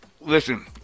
Listen